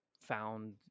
found